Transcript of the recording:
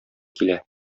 килә